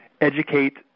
educate